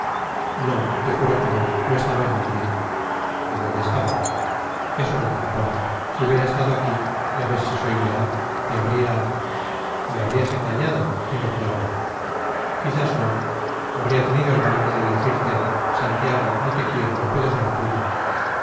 no te juro que no no estaba en madrid en dónde estaba eso no te importa si hubiera estado aquí ya ves si soy leal te habría me habrías engañado dilo claro quizás no habría tenido el valor de decirte santiago no te quiero no puedo ser tuya